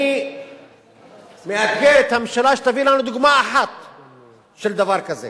אני מאתגר את הממשלה שתביא לנו דוגמה אחת של דבר כזה.